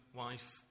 wife